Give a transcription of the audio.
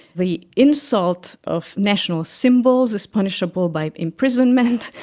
the insult of national symbols is punishable by imprisonment.